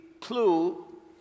clue